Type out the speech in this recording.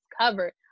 covered